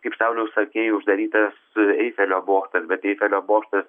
kaip sauliau sakei uždarytas eifelio bokštas bet eifelio bokštas